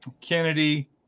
Kennedy